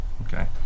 Okay